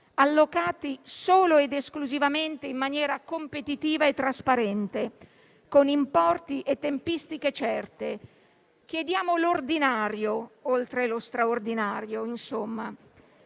allocata solo ed esclusivamente in maniera competitiva e trasparente, con importi e tempistiche certe. Chiediamo l'ordinario oltre allo straordinario.